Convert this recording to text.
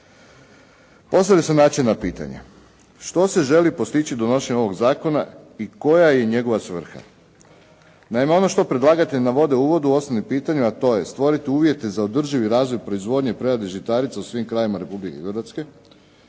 Postavljaju se načelna pitanja, što se želi postići donošenjem ovog zakona i koja je njegova svrha? Naime, ono što predlagatelj navodi u uvodu u osnovi pitanja, a to je stvoriti uvjete za održivi razvoj proizvodnje i prerade žitarica u svim krajevima Republike Hrvatske,